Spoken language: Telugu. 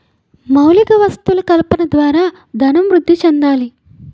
మౌలిక వసతులు కల్పన ద్వారా ధనం వృద్ధి చెందాలి